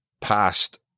past